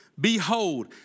Behold